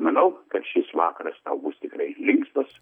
manau kad šis vakaras bus tikrai linksmas